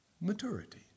Maturity